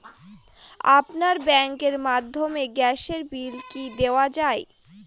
আপনার ব্যাংকের মাধ্যমে গ্যাসের বিল কি দেওয়া য়ায়?